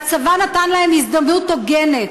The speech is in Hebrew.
והצבא נתן להם הזדמנות הוגנת.